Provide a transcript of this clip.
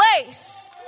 place